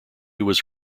was